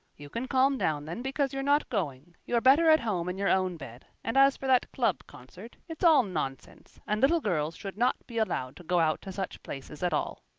you can calm down then, because you're not going. you're better at home in your own bed, and as for that club concert, it's all nonsense, and little girls should not be allowed to go out to such places at all.